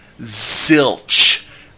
Zilch